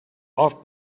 off